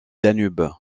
danube